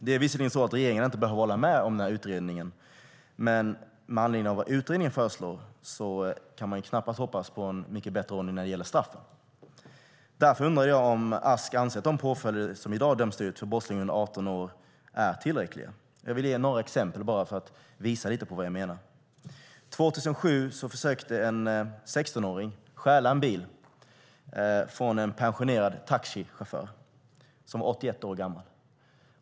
Det är visserligen så att regeringen inte behöver hålla med om utredningen, men med anledning av vad utredningen föreslår kan man knappast hoppas på en mycket bättre ordning när det gäller straffen. Anser Ask att de påföljder som i dag döms ut för brottslingar under 18 år är tillräckliga? Jag vill ge några exempel för att visa vad jag menar. År 2007 försökte en 16-åring stjäla en bil från en pensionerad taxichaufför som var 81 år gammal.